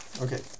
Okay